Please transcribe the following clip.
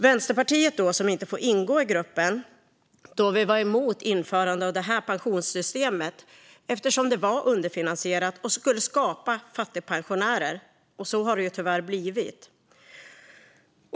Vänsterpartiet får inte ingå i Pensionsgruppen. Vi var nämligen emot införandet av detta pensionssystem eftersom det var underfinansierat och skulle skapa fattigpensionärer. Och så har det tyvärr blivit.